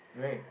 right